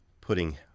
putting